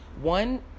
One